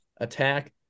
attack